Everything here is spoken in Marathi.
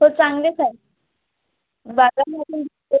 हो चांगलेच आहे बागांमधून